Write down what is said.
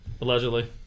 Allegedly